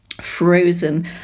frozen